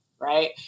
right